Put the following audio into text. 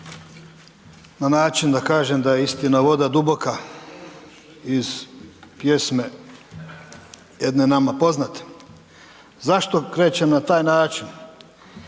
na način da kažem da je istina voda duboka iz pjesme jedne nama poznate. Zašto krećem na taj način?